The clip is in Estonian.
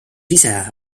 ise